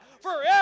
forever